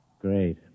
Great